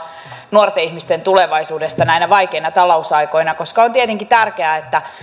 nuorten ihmisten tulevaisuudesta näinä vaikeina talousaikoina koska on tietenkin tärkeää että